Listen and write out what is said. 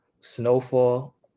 snowfall